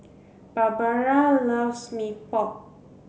Barbara loves Mee Pok